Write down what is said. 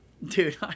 Dude